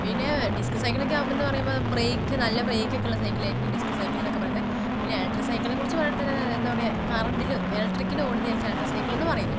പിന്നെ ഡിസ്ക് സൈക്കിളൊക്കെയാവുമ്പോൾ എന്ന് പറയുമ്പോൾ ബ്രേക്ക് നല്ല ബ്രേക്കൊക്കെ ഉള്ള സൈക്കിളായിരിക്കും ഡിസ്ക് സൈക്കിൾന്നൊക്കെ പറയുന്നത് പിന്നെ ഇലക്ട്രിക് സൈക്കിൾനേ കുറിച്ച് പറയുവാണെങ്കിൽ തന്നെ എന്താപറയാ കറണ്ടിൽ ഇലക്ട്രിക്കിൽ ഓടുന്നയായിരിക്കും ഇലക്ട്രിക് സൈക്കിള്ന്ന് പറയുന്നത്